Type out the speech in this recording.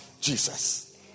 Jesus